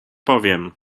powiem